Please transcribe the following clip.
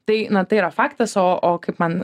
tai na tai yra faktas o o kaip man